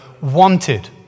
wanted